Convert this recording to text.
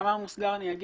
במאמר מוסגר אני אומר